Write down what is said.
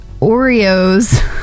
Oreos